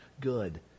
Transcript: good